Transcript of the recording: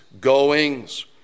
goings